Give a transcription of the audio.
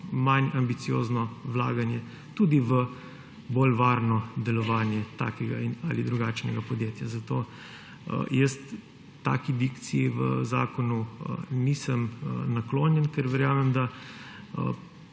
manj ambiciozno vlaganje tudi v bolj varno delovanje takega ali drugačnega podjetja. Zato taki dikciji v zakonu nisem naklonjen, ker verjamem, da